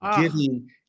giving